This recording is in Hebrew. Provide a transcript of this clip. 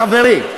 חברי,